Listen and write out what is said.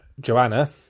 Joanna